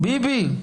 ביבי.